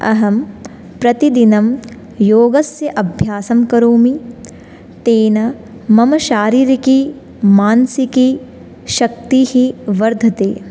अहं प्रतिदिनं योगस्य अभ्यासं करोमि तेन मम शारीरिकीमानसिकीशक्तिः वर्धते